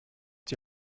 die